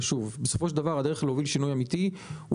בסופו של דבר הדרך להוביל שינוי אמיתי היא